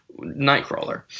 Nightcrawler